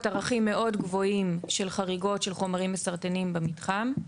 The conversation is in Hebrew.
ערכים מאוד גבוהים של חריגות של חומרים מסרטנים במתחם,